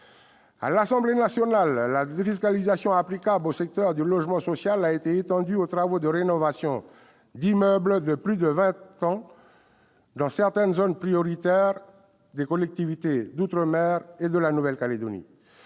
À l'Assemblée nationale, la défiscalisation applicable au secteur du logement social a été étendue aux travaux de rénovation d'immeubles de plus de vingt ans dans certaines zones prioritaires des collectivités d'outre-mer et de Nouvelle-Calédonie.